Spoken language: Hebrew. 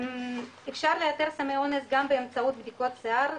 אפשר לאתר סמי אונס גם באמצעות בדיקות שיער,